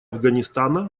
афганистана